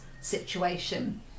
situation